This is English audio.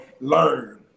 learn